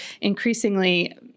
increasingly